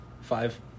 Five